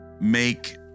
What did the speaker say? make